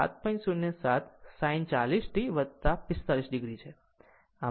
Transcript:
07 sin 40 t 45 o છે